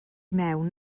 mewn